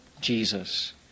Jesus